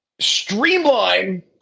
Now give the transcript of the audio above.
streamline